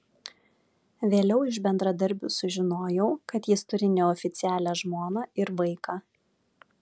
vėliau iš bendradarbių sužinojau kad jis turi neoficialią žmoną ir vaiką